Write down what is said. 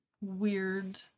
weird